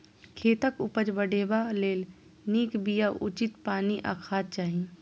खेतक उपज बढ़ेबा लेल नीक बिया, उचित पानि आ खाद चाही